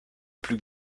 plus